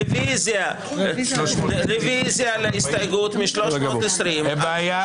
רוויזיה להסתייגות מ-320 340. אין בעיה.